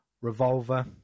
Revolver